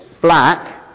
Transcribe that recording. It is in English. black